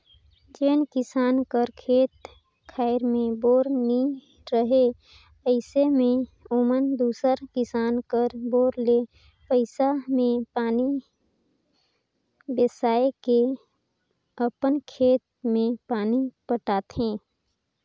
जेन किसान कर खेत खाएर मे बोर नी रहें अइसे मे ओमन दूसर किसान कर बोर ले पइसा मे पानी बेसाए के अपन खेत मे पानी पटाथे